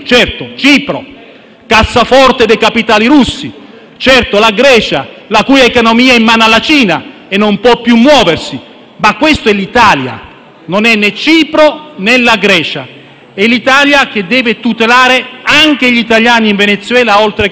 cassaforte dei capitali russi; certo la Grecia, la cui economia è in mano alla Cina e non può più muoversi. Ma questa è l'Italia; non è né Cipro, né la Grecia. E l'Italia deve tutelare anche gli italiani in Venezuela, oltre che la sua dignità